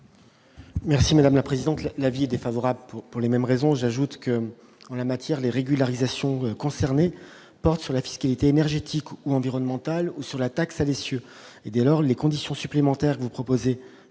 Merci madame la présidente, l'avis est défavorable pour pour les mêmes raisons, j'ajoute que, en la matière, les régularisations concernés portent sur la fiscalité énergétique ou environnemental sur la taxe à l'essieu et dès lors, les conditions supplémentaires, vous proposez